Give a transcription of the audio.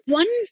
one